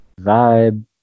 vibe